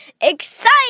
exciting